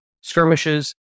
skirmishes